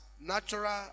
natural